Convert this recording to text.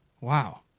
Wow